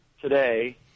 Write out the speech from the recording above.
today